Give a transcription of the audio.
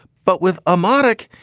but with a monarch,